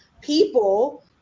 people